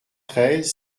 treize